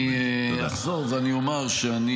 אני אחזור ואני אומר שאני